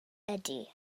ydy